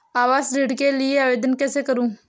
आवास ऋण के लिए आवेदन कैसे करुँ?